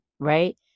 right